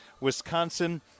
Wisconsin